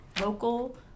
local